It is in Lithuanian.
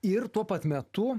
ir tuo pat metu